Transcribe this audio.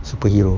superhero